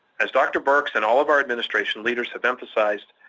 as dr. birx and all of our administration leaders have emphasized,